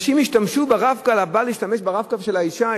אנשים השתמשו ב"רב-קו" הבעל השתמש ב"רב-קו" של האשה,